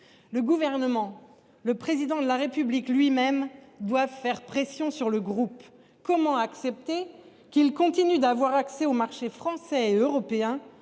Le Gouvernement et même le Président de la République doivent faire pression sur le groupe. Comment accepter que celui ci continue d’avoir accès aux marchés français et européen,